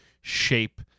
shape